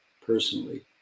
personally